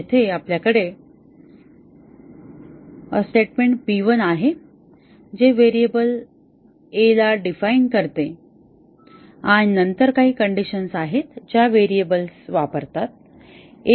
जिथे आपल्याकडे statement B1 आहे जे व्हेरिएबल a ला डिफाइन करते आणि नंतर काही कंडिशनस आहेत ज्या इतर व्हेरिएबल्स वापरतात